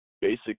basic